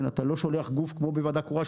אתה לא שולח גוף כמו בוועדה קרואה,